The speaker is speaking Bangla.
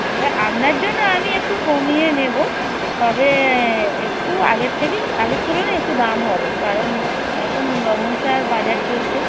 এবারে আপনার জন্য আমি একটু কমিয়ে নেব তবে একটু আগের থেকে আগের তুলনায় একটু দাম হবে কারণ এখন বাজার চলছে